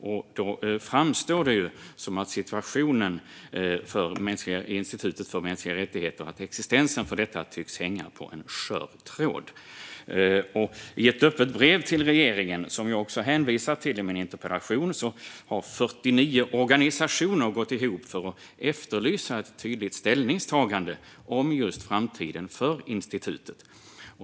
Då tycks det ju som om existensen av Institutet för mänskliga rättigheter hänger på en skör tråd. I ett öppet brev till regeringen, som jag också hänvisar till i min interpellation, har 49 organisationer gått ihop för att efterlysa ett tydligt ställningstagande om just framtiden för institutet.